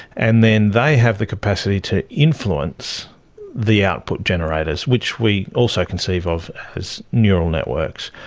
and then they have the capacity to influence the output generators, which we also conceive of as neural networks.